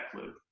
loop